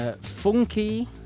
funky